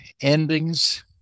endings